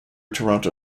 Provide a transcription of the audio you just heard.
toronto